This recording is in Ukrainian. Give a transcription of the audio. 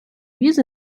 віз